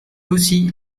aussi